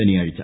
ശനിയാഴ്ച